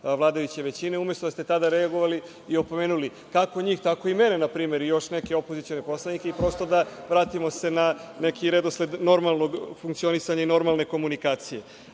vladajuće većine, umesto da ste tada reagovali i opomenuli, kako njih, tako i mene na primer i još neke opozicione poslanike i prosto da se vratimo na neki redosled normalnog funkcionisanja i normalne komunikacije. Takođe